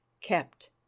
kept